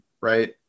right